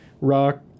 rock